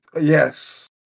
Yes